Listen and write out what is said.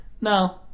no